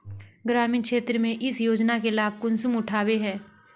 ग्रामीण क्षेत्र में इस योजना के लाभ कुंसम उठावे है?